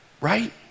right